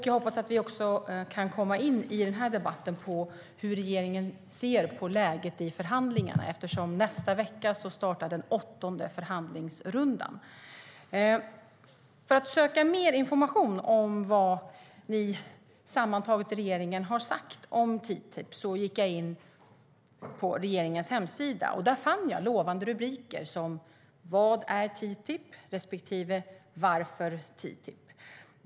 Jag hoppas också att vi kan komma in i den här debatten på hur regeringen ser på läget i förhandlingarna, eftersom den åttonde förhandlingsrundan startar nästa vecka. För att söka mer information om vad ni i regeringen sammantaget har sagt om TTIP gick jag in på regeringens hemsida. Där fann jag lovande rubriker som "Vad är TTIP?" respektive "Varför TTIP?".